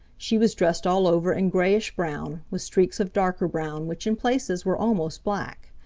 she was dressed all over in grayish-brown with streaks of darker brown which in places were almost black.